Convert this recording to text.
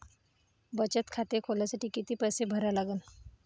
बचत खाते खोलासाठी किती पैसे भरा लागन?